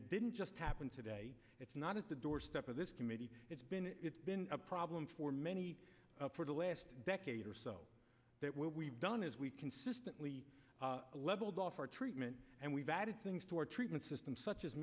it didn't just happen today it's not at the doorstep of this committee it's been it's been a problem for many for the last decade or so that what we've done is we've consistently leveled off our treatment and we've added things to our treatment system such as